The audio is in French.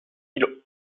îlots